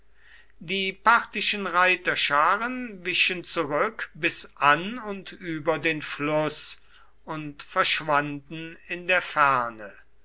die parthischen reiterscharen wichen zurück bis an und über den fluß und verschwanden in der ferne